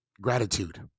gratitude